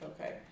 Okay